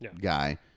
guy